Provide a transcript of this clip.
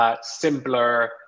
simpler